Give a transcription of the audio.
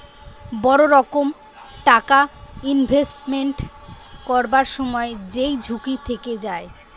বড় রকম টাকা ইনভেস্টমেন্ট করবার সময় যেই ঝুঁকি থেকে যায়